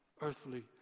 earthly